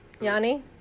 Yanni